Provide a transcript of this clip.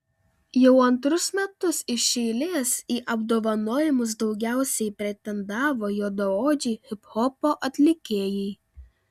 jau antrus metus iš eilės į apdovanojimus daugiausiai pretendavo juodaodžiai hiphopo atlikėjai